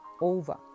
over